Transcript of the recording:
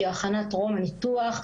שהיא הכנת טרום ניתוח,